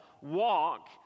walk